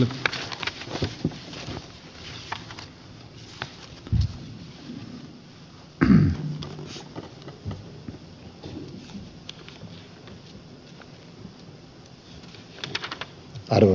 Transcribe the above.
arvoisa herra puhemies